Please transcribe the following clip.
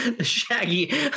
Shaggy